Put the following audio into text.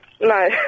No